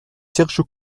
sergio